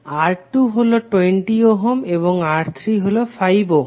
R2 হলো 20 ohm এবং R3 হলো 5 ওহম